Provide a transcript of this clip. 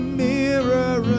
mirror